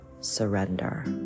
surrender